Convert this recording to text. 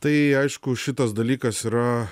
tai aišku šitas dalykas yra